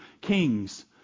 Kings